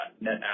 net